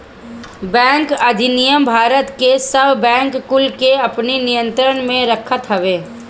bank अधिनियम भारत के सब बैंक कुल के अपनी नियंत्रण में रखत हवे